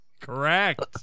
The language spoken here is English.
Correct